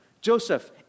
Joseph